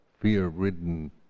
fear-ridden